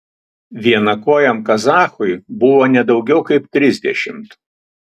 vienakojam kazachui buvo ne daugiau kaip trisdešimt